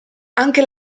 anche